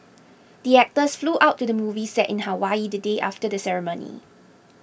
the actors flew out to the movie set in Hawaii the day after the ceremony